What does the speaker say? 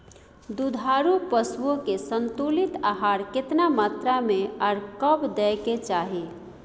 दुधारू पशुओं के संतुलित आहार केतना मात्रा में आर कब दैय के चाही?